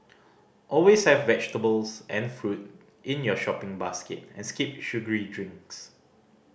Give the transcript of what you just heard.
always have vegetables and fruit in your shopping basket and skip sugary drinks